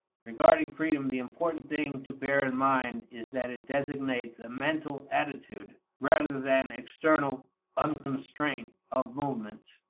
regarding freedom, the important thing to bear in mind is that it designates a mental attitude rather than external unconstraint of movements,